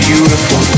Beautiful